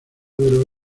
del